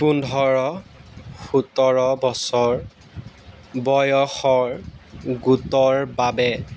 পোন্ধৰ সোতৰ বছৰ বয়সৰ গোটৰ বাবে